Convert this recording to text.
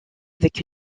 avec